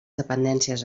dependències